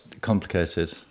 complicated